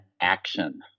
action